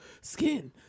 skin